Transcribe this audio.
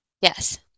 Yes